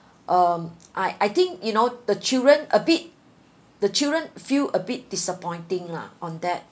um I I think you know the children a bit the children feel a bit disappointing lah on that